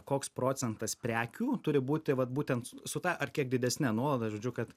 koks procentas prekių turi būti vat būtent su ta ar kiek didesne nuolaida žodžiu kad